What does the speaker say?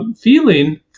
feeling